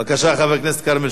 חבר הכנסת כרמל